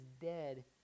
dead